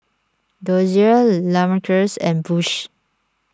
Dozier Lamarcus and Bush